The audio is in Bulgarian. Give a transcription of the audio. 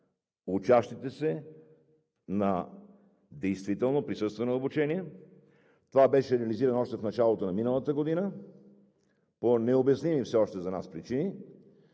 учащите и действително присъствено обучение. Това беше анализирано още в началото на миналата година. По все още необясними за нас причини